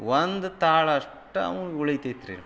ಒಂದು ತಾಳು ಅಷ್ಟೇ ಅಂವ್ಗೆ ಉಳೀತೈತ್ರಿ